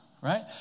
Right